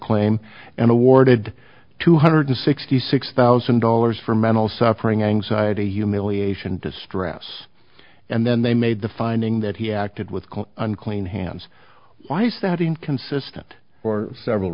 claim and awarded two hundred sixty six thousand dollars for mental suffering anxiety humiliation distress and then they made the finding that he acted with unclean hands why is that inconsistent for several